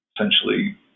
essentially